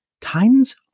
Times